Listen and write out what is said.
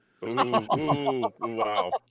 Wow